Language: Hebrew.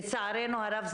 לצערנו הרב,